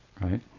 right